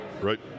Right